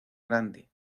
grande